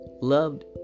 loved